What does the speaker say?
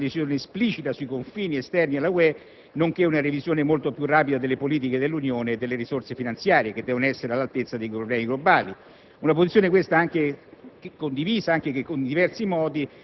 Tuttavia, egli dice, l'accordo dovrà anche prevedere una decisione esplicita sui confini esterni dell'UE, nonché una revisione molto più rapida delle politiche dell'Unione e delle risorse finanziarie, che devono essere all'altezza dei problemi globali. Una posizione condivisa